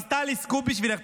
--- אז טלי, סקופ בשבילך.